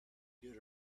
did